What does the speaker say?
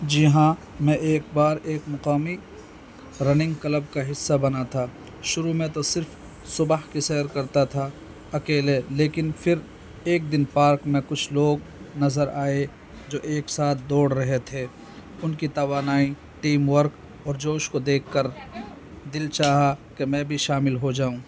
جی ہاں میں ایک بار ایک مقامی رننگ کلب کا حصہ بنا تھا شروع میں تو صرف صبح کی سیر کرتا تھا اکیلے لیکن پھر ایک دن پارک میں کچھ لوگ نظر آئے جو ایک ساتھ دوڑ رہے تھے ان کی توانائی ٹیم ورک اور جوش کو دیکھ کر دل چاہا کہ میں بھی شامل ہو جاؤں